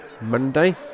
Monday